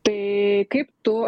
tai kaip tu